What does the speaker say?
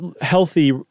healthy